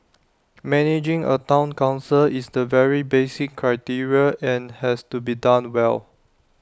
managing A Town Council is the very basic criteria and has to be done well